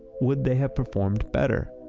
would they have performed better?